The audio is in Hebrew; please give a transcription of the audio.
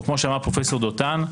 או כמו שאמר פרופ' דותן,